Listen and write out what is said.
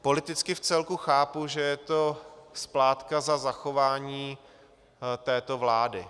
Politicky vcelku chápu, že je to splátka za zachování této vlády.